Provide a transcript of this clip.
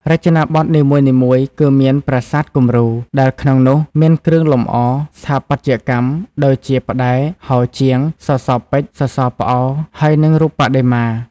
រចនាបថនីមួយៗគឺមានប្រាសាទគំរូ ដែលក្នុងនោះមានគ្រឿងលំអ ស្ថាបត្យកម្ម ដូចជា ផ្ដែរ ហោជាង សសរពេជ្រ សសរផ្អោ ហើយនិងរូបបដិមា។